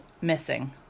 missing